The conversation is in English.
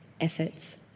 efforts